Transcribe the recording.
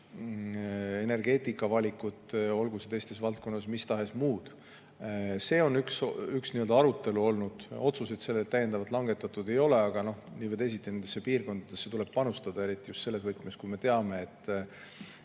energeetika või olgu see teistes valdkondades mis tahes muu. See on üks arutelu olnud. Otsuseid täiendavalt langetatud ei ole, aga nii või teisiti, nendesse piirkondadesse tuleb panustada, eriti just selles võtmes, kui me teame, et